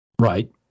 Right